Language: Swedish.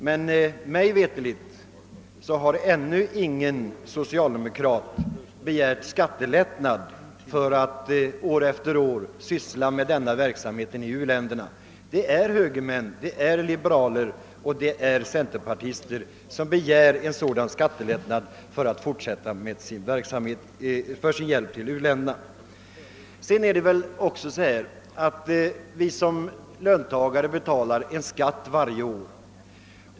Men mig veterligt har ännu ingen socialdemokrat begärt skattelättnad för att år efter år syssla med denna verksamhet för u-länderna. Det är högermän, det är liberaler och det är centerpartister som begär en sådan skattelättnad för att fortsätta med sin hjälp till u-länderna. Som löntagare betalar vi en skatt varje år.